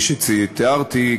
כפי שתיארתי,